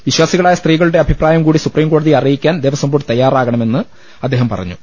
വിശ്വാസിക ളായ സ്ത്രീകളുടെ അഭിപ്രായം കൂടി സുപ്രീംകോടതിയെ അറി യിക്കാൻ ദേവസ്വം ബോർഡ് തയ്യാറാകണമെന്ന് അദ്ദേഹം പറ ഞ്ഞു